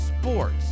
sports